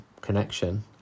connection